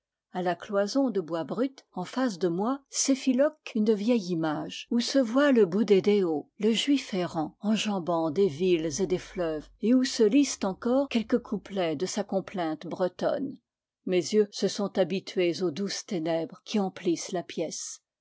la cloison de bois brut en face de moi s'effiloque une vieille image où se voit le boudédéo le juif errant enjambant des villes et des fleuves et où se lisent encore quelques couplets de sa complainte bretonne mes yeux se sont habitués aux douces ténèbres qui em plissent la pièce